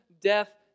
death